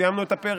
סיימנו את הפרק.